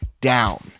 down